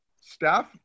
staff